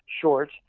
short